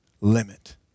limit